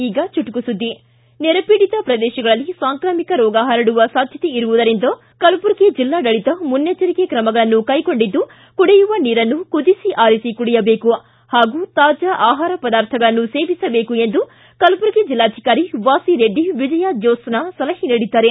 ಈಗ ಚುಟುಕು ಸುದ್ದಿ ನೆರೆಪೀಡಿತ ಪ್ರದೇಶಗಳಲ್ಲಿ ಸಾಂಕಾಮಿಕ ರೋಗ ಪರಡುವ ಸಾಧ್ಯತೆ ಇರುವುದರಿಂದ ಕಲಬುರಗಿ ಜಿಲ್ಲಾಡಳಿತ ಮುನ್ನೆಚ್ಚರಿಕೆ ಕ್ರಮಗಳನ್ನು ಕೈಗೊಂಡಿದ್ದು ಕುಡಿಯುವ ನೀರನ್ನು ಕುದಿಸಿ ಆರಿಸಿ ಕುಡಿಯಬೇಕು ಪಾಗೂ ತಾಜಾ ಆಹಾರ ಪದಾರ್ಥಗಳನ್ನು ಸೇವಿಸಬೇಕು ಎಂದು ಕಲಬುರಗಿ ಜಿಲ್ಲಾಧಿಕಾರಿ ವಾಸಿರೆಡ್ಡಿ ವಿಜಯಾ ಜ್ಯೋತ್ಸಾ ಸಲಹೆ ನೀಡಿದ್ದಾರೆ